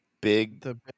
big